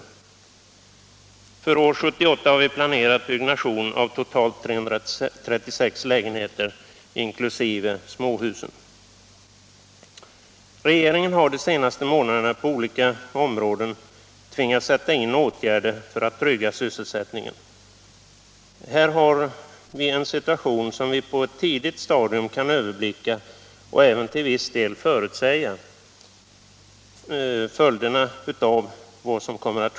För år 1978 har vi planerat byggnation av totalt 336 lägenheter, inkl. småhus. Regeringen har de senaste månaderna på olika områden tvingats sätta in åtgärder för att trygga sysselsättningen. Här har vi en situation som vi på ett tidigt stadium kan överblicka och även till viss del förutsäga följderna av.